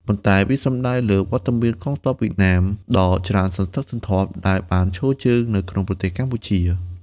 ប៉ុន្តែវាសំដៅលើវត្តមានកងទ័ពវៀតណាមដ៏ច្រើនសន្ធឹកសន្ធាប់ដែលបានឈរជើងនៅក្នុងប្រទេសកម្ពុជា។